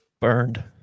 burned